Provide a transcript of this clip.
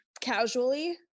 casually